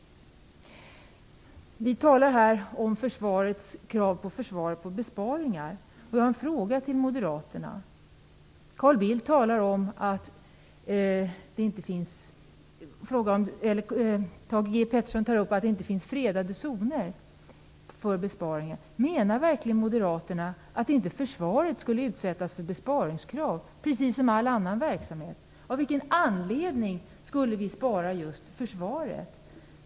Vi talar här om krav på besparingar inom försvaret. Thage G Peterson tar upp att det inte finns fredade zoner för besparingar. Jag har några frågor till Moderaterna: Menar verkligen Moderaterna att inte försvaret skulle utsättas för besparingskrav precis som all annan verksamhet? Av vilken anledning skulle vi undanta just försvaret?